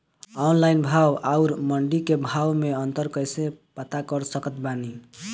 Online भाव आउर मंडी के भाव मे अंतर कैसे पता कर सकत बानी?